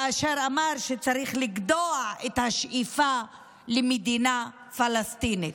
כאשר אמר שצריך לגדוע את השאיפה למדינה פלסטינית.